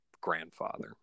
grandfather